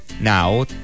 Now